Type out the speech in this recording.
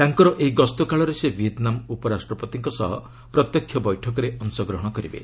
ତାଙ୍କର ଏହି ଗସ୍ତ କାଳରେ ସେ ଭିଏତନାମ ଉପରାଷ୍ଟ୍ରପତିଙ୍କ ସହ ପ୍ରତ୍ୟକ୍ଷ ବୈଠକରେ ଅଂଶଗ୍ରହଣ କରିବେ